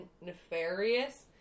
nefarious